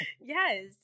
Yes